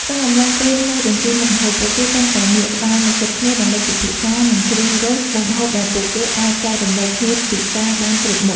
ក្នុងអំឡុងពេលមើលបញ្ជីមុខម្ហូប ពួកគេតែងតែងាកក្បាលមកជិតគ្នា ដើម្បីពិភាក្សា និងជ្រើសរើសមុខម្ហូបដែលពួកគេអាចចែករំលែកគ្នាពិសារបានគ្រប់មុខ។